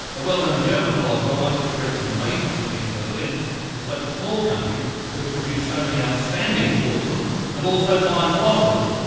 a well-known german philosopher once expressed his amazement to me in berlin that such a small country could produce so many outstanding sportsmen and also fine philosophers.